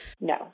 No